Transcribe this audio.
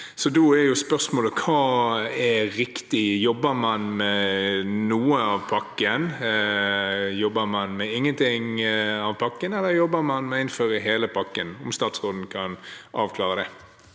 Da er spørsmålet: Hva er riktig? Jobber man med noe av pakken, jobber man med ingenting av pakken, eller jobber man med å innføre hele pakken? Kan utenriksministeren avklare det?